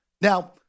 Now